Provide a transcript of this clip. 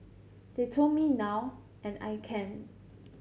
they told me now and I can